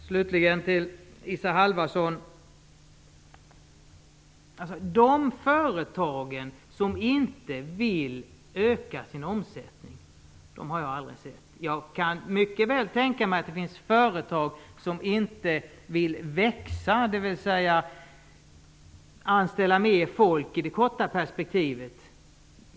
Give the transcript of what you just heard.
Slutligen vill jag kommentera det Isa Halvarsson sade. Jag har aldrig sett några företag som inte vill öka sin omsättning. Jag kan mycket väl tänka mig att det finns företag som inte vill växa, dvs. anställa mer folk i det korta perspektivet.